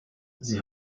sie